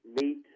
meet